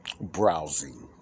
browsing